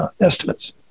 estimates